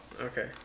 Okay